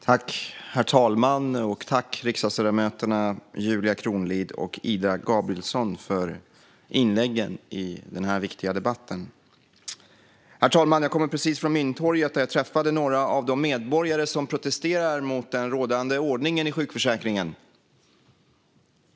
Herr talman! Tack, riksdagsledamöterna Julia Kronlid och Ida Gabrielsson, för inläggen i den här viktiga debatten! Herr talman! Jag kommer precis från Mynttorget där jag träffade några av de medborgare som protesterar mot den rådande ordningen i sjukförsäkringen.